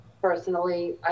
Personally